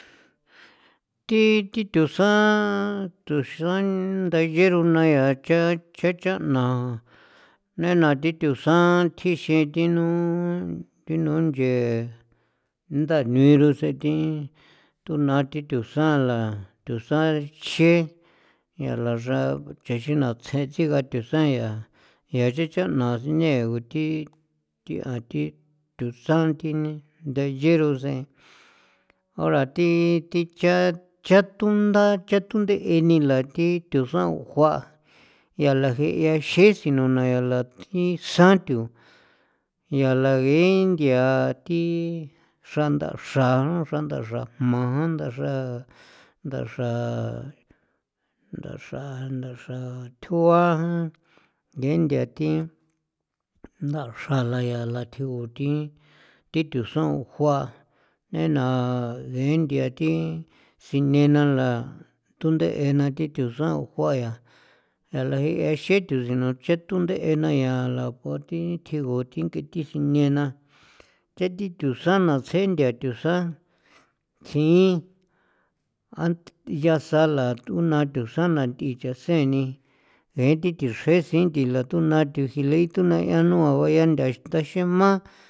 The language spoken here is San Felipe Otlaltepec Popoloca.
Thi thi thusan thusan ndaye rona yaa cha cha'cha na nena thi thusan thjixin thinu thinu nchee ndani rusen thi tunaa thi thusan la thusan chji yaala xrao chexjin na tsje tsiga thusan' yaa yaa cha cha'na sine guthi thi athi thusan thine ndayerosen ora thi thi cha cha' tunda cha tunde'e nila thi thusan jua yala jeea xesinuna ya nala thi san tho yaala geen nthia thi xranda nda xra ndaxra jma ndaxra ndaxra ndaxra ndaxra thjuan jan ngee nthia thi ndaxra la yaala tjigu thi thi tho saon jua nena ngee thia thi sinena la tunde'e na thi thusan juan yaa yaala jeo thi sethu xi icha tunde'e na yaala pue thi tjigu thi ng'ethe sinena cha thi thusan na tsje nthia thusan thjin an yasala ju naa thusan na thi chaseen ni ngee thi tho xre sint'ila thuna tho jileito thuna noa vaya tha ta xema.